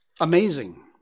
amazing